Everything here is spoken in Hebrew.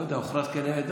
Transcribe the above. לא יודע, הוכרז כנעדר.